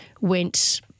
went